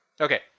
Okay